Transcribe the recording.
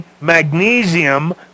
magnesium